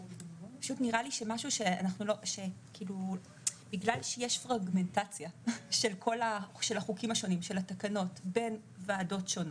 לי שבגלל שיש פרגמנטציה של החוקים השונים ושל התקנות בין ועדות שונות,